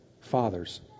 fathers